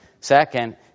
Second